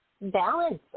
balance